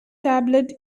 tablet